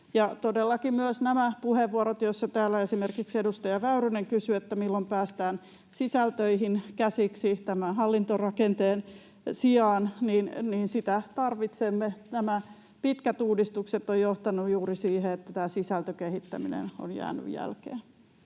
Todellakin kuulimme myös nämä puheenvuorot, joissa täällä esimerkiksi edustaja Väyrynen kysyi, milloin päästään käsiksi sisältöihin tämän hallintorakenteen sijaan — sitä tarvitsemme. Nämä pitkät uudistukset ovat johtaneet juuri siihen, että sisältökehittäminen on jäänyt jälkeen.